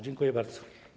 Dziękuję bardzo.